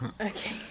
Okay